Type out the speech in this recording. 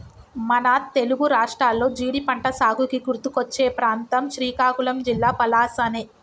మన తెలుగు రాష్ట్రాల్లో జీడి పంటసాగుకి గుర్తుకొచ్చే ప్రాంతం శ్రీకాకుళం జిల్లా పలాసనే